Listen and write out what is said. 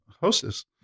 Hostess